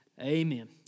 amen